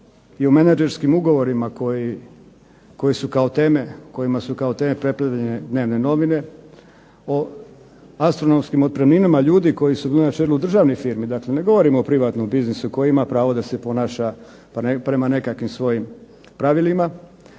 i o menadžerskim ugovorima koji su kao teme, kojima su kao teme preplavljene dnevne novine, o astronomskim otpremninama ljudi koji su bili na čelu državnih firmi, dakle ne govorim o privatnom biznisu koji ima pravo da se ponaša prema nekakvim svojim pravilima,